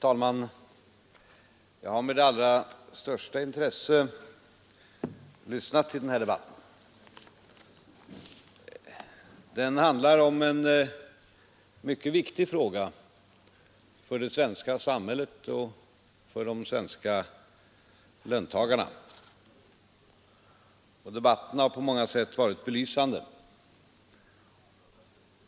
Herr talman! Med allra största intresse har jag lyssnat till den här debatten. Den handlar om en mycket viktig fråga för det svenska samhället och för de svenska löntagarna. Debatten har på många sätt varit belysande.